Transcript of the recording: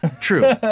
True